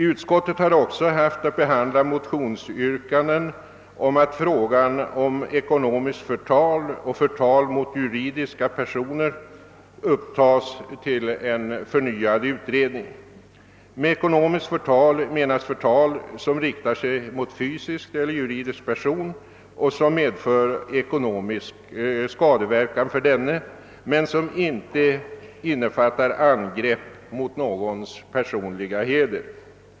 Utskottet har också haft att behandla motionsyrkanden om att frågan om ekonomiskt förtal och förtal mot juridiska personer upptas till förnyad utredning. Med ekonomiskt förtal menas förtal som riktar sig mot fysisk eller juridisk person och som medför ekonomisk skadeverkan för denne men som inte innebär angrepp mot vederbörandes personliga heder.